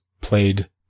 played